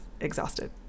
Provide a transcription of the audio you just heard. exhausted